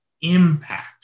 impact